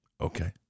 okay